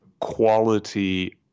quality